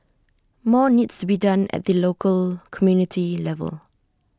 more needs to be done at the local community level